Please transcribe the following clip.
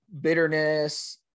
bitterness